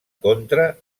contra